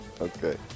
Okay